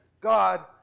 God